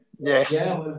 Yes